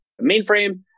mainframe